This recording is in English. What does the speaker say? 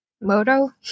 Moto